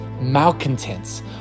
malcontents